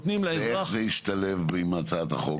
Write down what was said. איך זה ישתלב עם הצעת החוק?